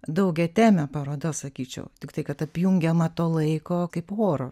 daugiatemė paroda sakyčiau tiktai kad apjungiama to laiko kaip oro